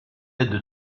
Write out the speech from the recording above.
aide